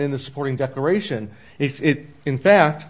in the sporting decoration if it in fact